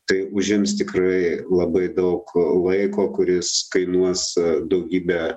tai užims tikrai labai daug laiko kuris kainuos daugybę